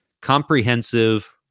comprehensive